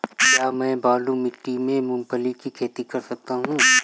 क्या मैं बालू मिट्टी में मूंगफली की खेती कर सकता हूँ?